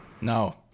No